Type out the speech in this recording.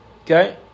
okay